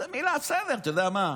זו מילה, אתה יודע מה?